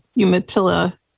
umatilla